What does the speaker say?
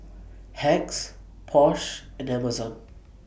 Hacks Porsche and Amazon